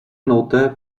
note